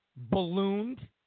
Ballooned